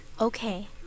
Okay